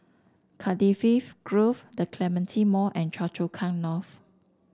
Cardifi Grove The Clementi Mall and Choa Chu Kang North